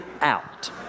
out